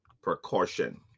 precaution